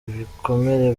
ibikomere